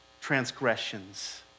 transgressions